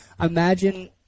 imagine